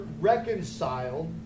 reconciled